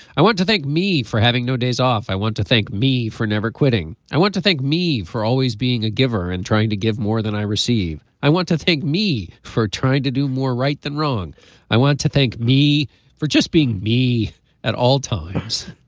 i want to thank me for having no days off. i want to thank me for never quitting. i want to thank me for always being a giver and trying to give more than i receive. i want to thank me for trying to do more right than wrong i want to thank me for just being me at all times.